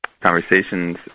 conversations